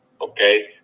okay